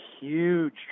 huge